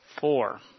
four